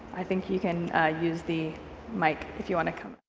i think you can use the mic if you want to come